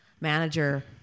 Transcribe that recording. manager